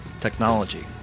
technology